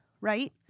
right